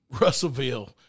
Russellville